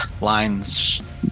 lines